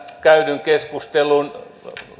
käydyn keskustelun